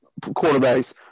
quarterbacks